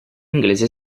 inglese